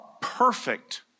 perfect